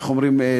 איך אומרים,